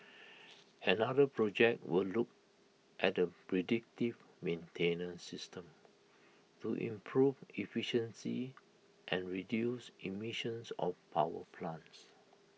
another project will look at A predictive maintenance system to improve efficiency and reduce emissions of power plants